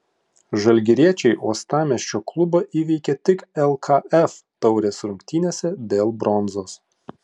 žalgiriečiai uostamiesčio klubą įveikė tik lkf taurės rungtynėse dėl bronzos